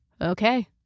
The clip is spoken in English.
Okay